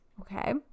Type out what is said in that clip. okay